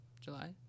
July